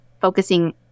focusing